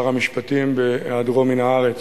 שר המשפטים בהיעדרו מן הארץ.